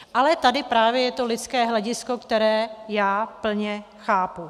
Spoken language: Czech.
Ale tady právě je to lidské hledisko, které já plně chápu.